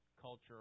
culture